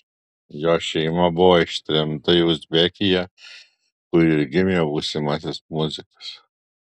jo šeima buvo ištremta į uzbekiją kur ir gimė būsimasis muzikas